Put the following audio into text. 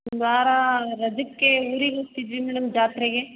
ಒಂದ್ವಾರ ರಜಕ್ಕೆ ಊರಿಗೆ ಹೋಗ್ತಿದ್ವಿ ಮೇಡಮ್ ಜಾತ್ರೆಗೆ